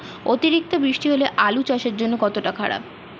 অতিরিক্ত বৃষ্টি হলে আলু চাষের জন্য কতটা খারাপ?